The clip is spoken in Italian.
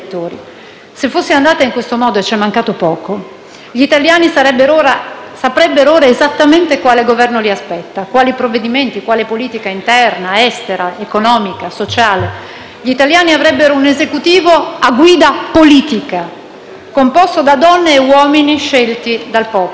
Se fosse andata in questo modo - e ci è mancato poco - gli italiani saprebbero ora esattamente quale Governo li aspetta, quali provvedimenti, quale politica interna, estera, economica, sociale. Gli italiani avrebbero un Esecutivo a guida politica, composto da donne e uomini scelti dal popolo;